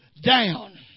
down